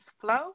flow